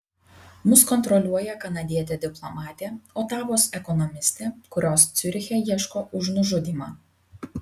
mus kontroliuoja kanadietė diplomatė otavos ekonomistė kurios ciuriche ieško už nužudymą